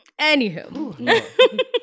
Anywho